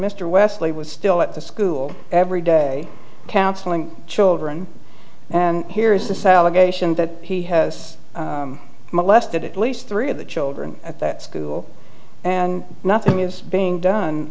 mr wesley was still at the school every day counseling children and here is the celebration that he has molested at least three of the children at that school and nothing is being done